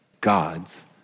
God's